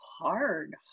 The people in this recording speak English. hard